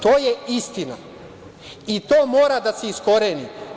To je istina i to mora da se iskoreni.